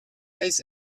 eis